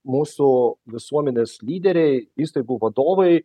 mūsų visuomenės lyderiai įstaigų vadovai